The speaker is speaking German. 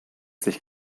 sich